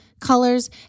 colors